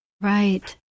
Right